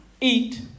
eat